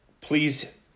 please